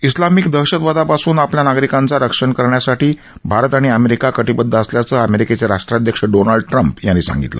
Islamic दहशतवादापासून आपल्या नागरिकांचा रक्षण करण्यासाठी भारत आणि अमेरिका कटीबद्ध असल्याचं अमेरिकेचे राष्ट्राध्यक्ष डोनाल्ड ट्रम्प यांनी सांगितलं